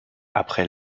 après